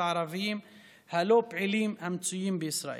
הערביים הלא-פעילים המצויים בישראל.